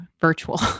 virtual